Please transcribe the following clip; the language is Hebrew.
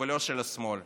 ולא של השמאל.